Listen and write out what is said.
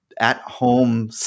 at-home